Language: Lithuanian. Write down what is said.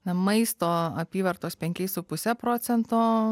na maisto apyvartos penkiais su puse procento